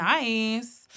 Nice